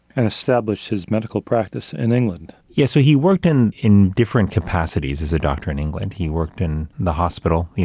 and established his medical practice in england? yeah, so he worked in in different capacities as a doctor in england. he worked in the hospital,